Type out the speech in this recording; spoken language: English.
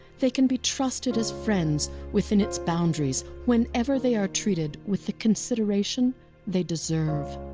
they can be trusted as friends within its boundaries whenever they are treated with the consideration they deserve.